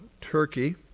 Turkey